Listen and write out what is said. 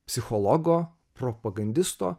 psichologo propagandisto